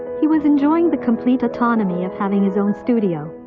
he was enjoying the complete autonomy of having his own studio,